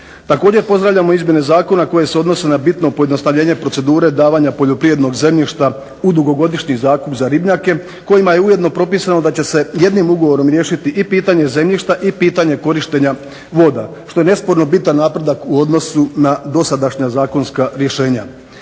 Također pozdravljamo izmjene zakona koje se odnose na bitno pojednostavljenje procedure davanja poljoprivrednog zemljišta u dugogodišnji zakup za ribnjake kojima je ujedno propisano da će se jednim ugovorom riješiti i pitanje zemljišta i pitanje korištenja voda što je nesporno bitan napredak u odnosu na dosadašnja zakonska rješenja.